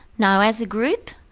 no, as a group,